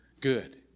good